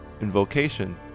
invocation